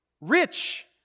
Rich